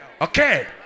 Okay